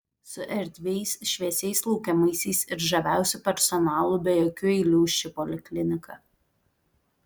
su erdviais šviesiais laukiamaisiais ir žaviausiu personalu be jokių eilių ši poliklinika